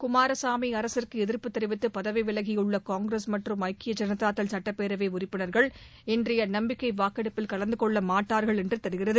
குமாரசாமி அரசுக்கு எதிர்ப்பு தெரிவித்து பதவி விலகியுள்ள காங்கிரஸ் மற்றும் ஐக்கிய ஜனதாதள சட்டப்பேரவை உறுப்பினர்கள் இன்றைய நம்பிக்கை வாக்கெடுப்பில் கலந்துகொள்ள மாட்டார்கள் என்று தெரிகிறது